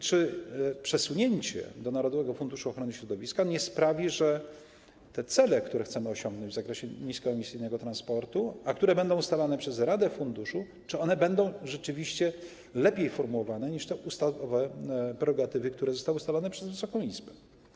Czy przesunięcie do narodowego funduszu ochrony środowiska sprawi, że te cele, które chcemy osiągnąć w zakresie niskoemisyjnego transportu, a które będą ustalane przez radę funduszu, czy one będą rzeczywiście łatwiej osiągalne niż w trybie ustawowych prerogatyw, które zostały ustalone przez Wysoką Izbę?